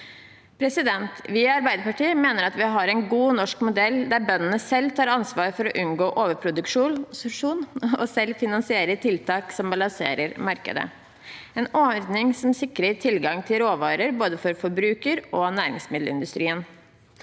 usikker på. Vi i Arbeiderpartiet mener at vi har en god norsk modell der bøndene selv tar ansvar for å unngå overproduksjon og selv finansierer tiltak som balanserer markedet, en ordning som sikrer tilgang til råvarer både for forbruker og for næringsmiddelindustrien.